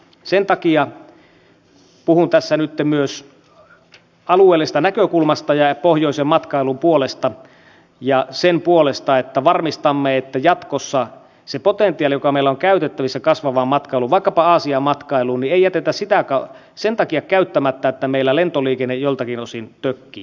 sen takia puhun tässä nytten myös alueellisesta näkökulmasta ja pohjoisen matkailun puolesta ja sen puolesta että varmistamme että jatkossa sitä potentiaalia joka meillä on käytettävissä kasvavaan matkailuun vaikkapa aasian matkailuun ei jätetä sen takia käyttämättä että meillä lentoliikenne joiltakin osin tökkii